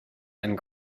and